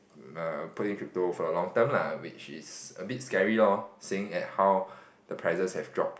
err put in crypto for a long time lah which is a bit scary lor seeing at how the prices have dropped